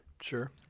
sure